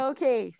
Okay